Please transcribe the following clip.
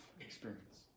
experience